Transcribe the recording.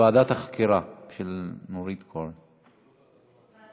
ההצעה להעביר את הנושא לוועדה